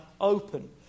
open